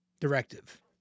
directive